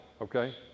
okay